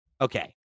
Okay